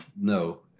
no